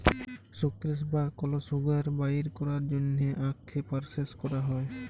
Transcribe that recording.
sucrose বা কল sugar বাইর ক্যরার জ্যনহে আখকে পরসেস ক্যরা হ্যয়